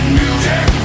music